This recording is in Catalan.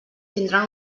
tindran